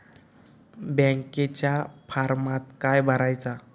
बँकेच्या फारमात काय भरायचा?